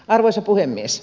arvoisa puhemies